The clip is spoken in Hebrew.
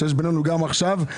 שיש בינינו גם עכשיו.